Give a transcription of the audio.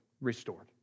restored